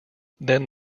than